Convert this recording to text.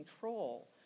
control